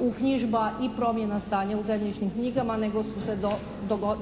uknjižba i promjena stanja u zemljišnim knjigama nego su se